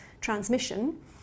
transmission